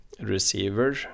receiver